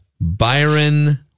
Byron